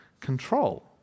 control